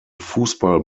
fußball